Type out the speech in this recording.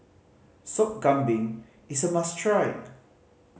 Sop Kambing is a must try